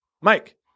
Mike